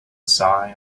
sigh